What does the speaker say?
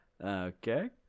Okay